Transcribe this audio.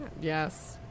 Yes